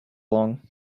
long